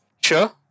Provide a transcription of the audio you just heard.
Sure